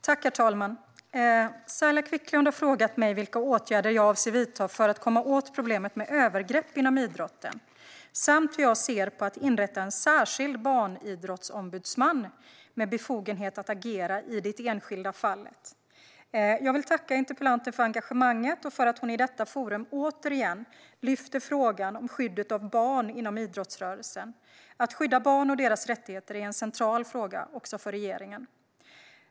Herr talman! Saila Quicklund har frågat mig vilka åtgärder jag avser att vidta för att komma åt problemet med övergrepp inom idrotten samt hur jag ser på att inrätta en särskild barnidrottsombudsman med befogenhet att agera i det enskilda fallet. Jag vill tacka interpellanten för engagemanget och för att hon i detta forum återigen lyfter upp frågan om skyddet av barn inom idrottsrörelsen. Att skydda barn och deras rättigheter är en central fråga också för regeringen.